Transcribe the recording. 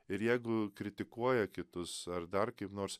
ir jeigu kritikuoja kitus ar dar kaip nors